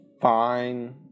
fine